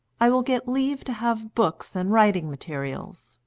i will get leave to have books and writing materials.